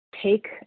take